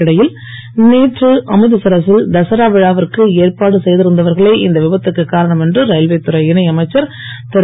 இதற்கிடையில் நேற்று அமிர்தசரசில் தசரா விழாவிற்கு ஏற்பாடு செய்திருந்தவர்களே இந்த விபத்துக்கு காரணம் என்று ரயில்வே துறை இணை அமைச்சர் திரு